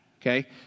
okay